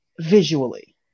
visually